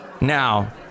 Now